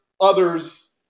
others